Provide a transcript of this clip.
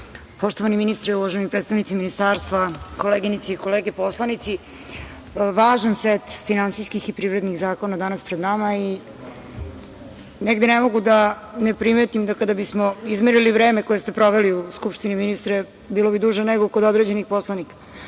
ministre i uvaženi predstavnici ministarstva, koleginice i kolege poslanici, važan set finansijskih i privrednih zakona je danas pred nama i negde ne mogu a da ne primetim da, kada bismo izmerili vreme koje ste proveli u Skupštini, ministre, bilo bi duže nego kod određenih poslanika,